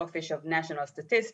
ה-Office of national statistics,